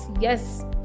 yes